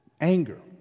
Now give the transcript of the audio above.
Anger